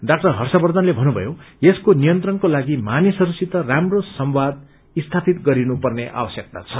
डा हर्षवर्षनले भन्नुभयो यसको नियन्त्रणको निम्ति मानिसहस्सित राम्रो संवाद स्यापित गरिनुपन्ने आवश्यकता छ